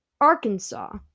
Arkansas